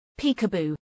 peekaboo